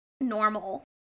Normal